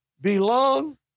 belong